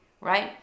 right